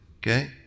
okay